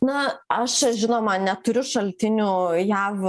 na aš žinoma neturiu šaltinių jav